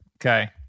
Okay